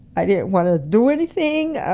i didn't want to do anything,